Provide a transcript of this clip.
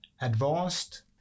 advanced